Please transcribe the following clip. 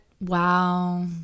Wow